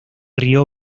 río